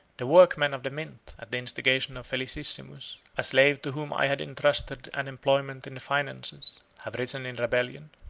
the workmen of the mint, at the instigation of felicissimus, a slave to whom i had intrusted an employment in the finances, have risen in rebellion.